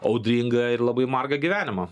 audringą ir labai margą gyvenimą